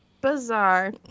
bizarre